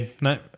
no